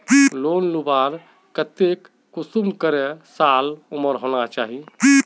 Loan लुबार केते कुंसम करे साल उमर होना चही?